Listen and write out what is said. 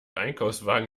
einkaufswagen